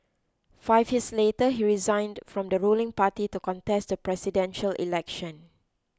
five years later he resigned from the ruling party to contest the Presidential Election